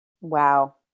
wow